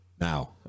Now